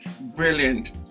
brilliant